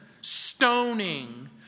stoning